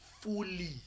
fully